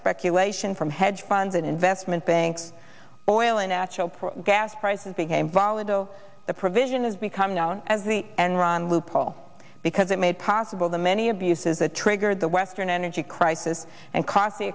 speculation from hedge funds and investment banks oil and natural process gas prices became volatile the provision has become known as the enron loophole because it made possible the many abuses that triggered the western energy crisis and cost the